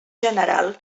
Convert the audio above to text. general